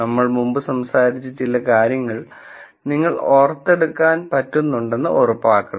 നമ്മൾ മുമ്പ് സംസാരിച്ച ചില കാര്യങ്ങൾ നിങ്ങൾക്ക് ഓർത്തെടുക്കാൻ പറ്റുന്നുണ്ടെന്നു ഉറപ്പാക്കണം